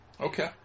Okay